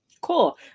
Cool